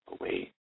away